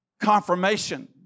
confirmation